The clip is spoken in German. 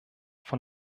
von